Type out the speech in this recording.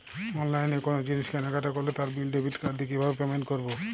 অনলাইনে কোনো জিনিস কেনাকাটা করলে তার বিল ডেবিট কার্ড দিয়ে কিভাবে পেমেন্ট করবো?